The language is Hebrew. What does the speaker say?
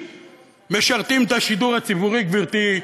ששנים משרתים את השידור הציבורי, גברתי,